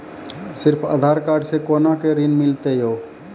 सिर्फ आधार कार्ड से कोना के ऋण मिलते यो?